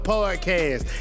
Podcast